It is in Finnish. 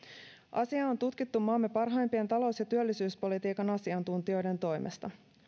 asiaa on tutkittu maamme parhaimpien talous ja työllisyyspolitiikan asiantuntijoiden toimesta